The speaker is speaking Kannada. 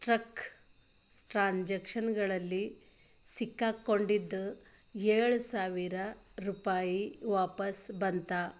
ಸ್ಟ್ರಕ್ ಟ್ರಾನ್ಸಾಕ್ಷನ್ಗಳಲ್ಲಿ ಸಿಕ್ಕಾಕೊಂಡಿದ್ದು ಏಳು ಸಾವಿರ ರೂಪಾಯಿ ವಾಪಸ್ ಬಂತಾ